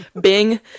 Bing